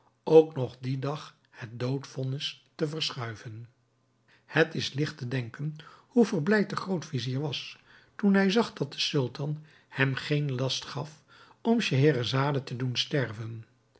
ook nog dien dag het doodvonnis te verschuiven het is ligt te denken hoe verblijd de groot-vizier was toen hij zag dat de sultan hem geen last gaf om scheherazade te doen sterven